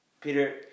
Peter